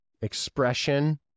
Expression